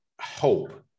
hope